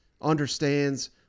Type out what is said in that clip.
understands